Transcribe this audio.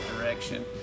direction